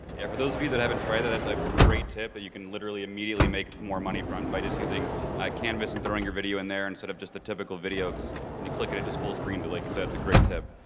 for those of you that haven't tried that, that's a great tip that you can literally immediately make more money from by just using canvas and throwing your video in there, instead of just a typical video because when you click it it just full screen, so like i said, it's a great tip.